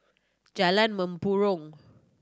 Jalan Mempurong